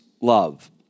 love